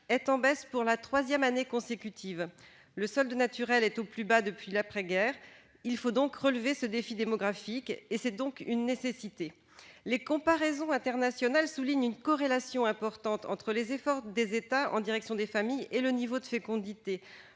est en baisse pour la troisième année consécutive. Le solde naturel est au plus bas depuis l'après-guerre. Relever ce défi démographique est une nécessité. Les comparaisons internationales soulignent l'existence d'une corrélation importante entre les efforts des États en faveur des familles et le niveau de fécondité.